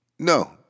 No